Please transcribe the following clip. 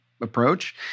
approach